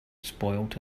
spoiled